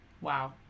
Wow